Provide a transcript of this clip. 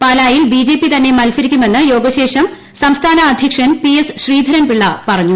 പാലായിൽ ബിജെപി തന്നെ മൽസരിക്കുമെന്ന് യോഗശേഷം സംസ്ഥാന അധ്യക്ഷൻ പി എസ് ശ്രീധരൻ പിള്ള പറഞ്ഞു